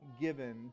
given